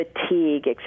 fatigue